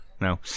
no